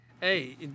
Hey